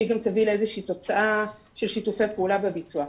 שהיא גם תביא לאיזושהי תוצאה של שיתופי פעולה בביצוע.